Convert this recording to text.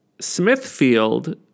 Smithfield